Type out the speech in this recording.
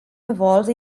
involved